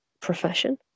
profession